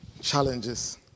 challenges